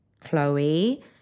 Chloe